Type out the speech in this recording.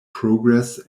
progress